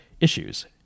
issues